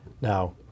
now